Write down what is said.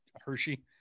hershey